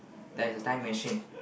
there is a time machine